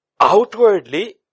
Outwardly